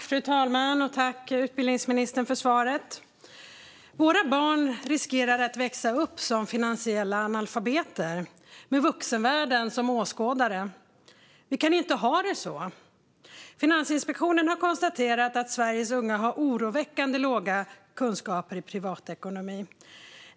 Fru talman! Tack, utbildningsministern, för svaret! Våra barn riskerar att växa upp som finansiella analfabeter, med vuxenvärlden som åskådare. Vi kan inte ha det så. Finansinspektionen har konstaterat att Sveriges unga har oroväckande låga kunskaper i privatekonomi.